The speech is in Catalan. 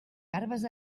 garbes